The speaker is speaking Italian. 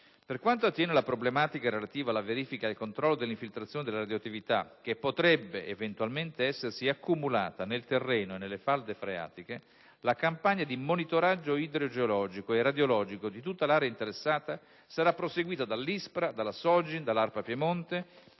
Per quanto attiene alla problematica relativa alla verifica e al controllo dell'infiltrazione della radioattività che potrebbe, eventualmente, essersi accumulata nel terreno e nelle falde freatiche, la campagna di monitoraggio idrogeologico e radiologico di tutta l'area interessata sarà proseguita dall'ISPRA, dalla Sogin, dall'Arpa Piemonte